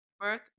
birth